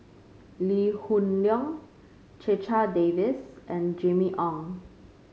Lee Hoon Leong Checha Davies and Jimmy Ong